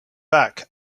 back